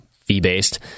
fee-based